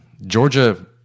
Georgia